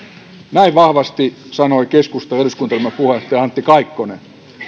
näin vahvasti sanoi keskustan eduskuntaryhmän puheenjohtaja antti kaikkonen